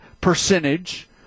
percentage